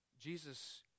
Jesus